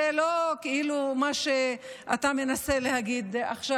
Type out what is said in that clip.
זה לא כאילו מה שאתה מנסה להגיד עכשיו,